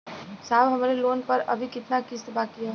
साहब हमरे लोन पर अभी कितना किस्त बाकी ह?